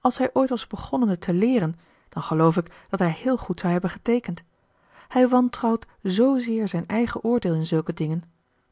als hij ooit was begonnen het te leeren dan geloof ik dat hij heel goed zou hebben geteekend hij wantrouwt zzeer zijn eigen oordeel in zulke dingen